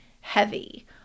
heavy